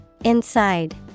Inside